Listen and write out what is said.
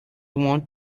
want